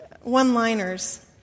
one-liners